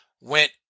went